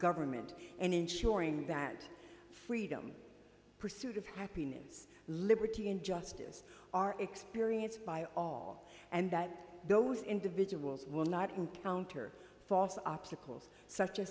government and ensuring that freedom pursuit of happiness liberty and justice are experienced by all and that those individuals will not encounter false obstacles such a